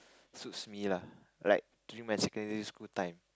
suits me lah like during my secondary school time